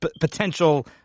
potential